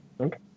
Okay